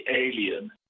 alien